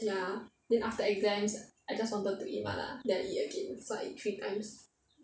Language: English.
ya then after exams I just wanted to eat 麻辣 then I eat again so I eat three times